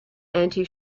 anti